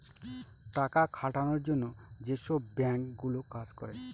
টাকা খাটানোর জন্য যেসব বাঙ্ক গুলো কাজ করে